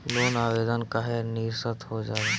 Loan आवेदन काहे नीरस्त हो जाला?